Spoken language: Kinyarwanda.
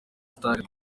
star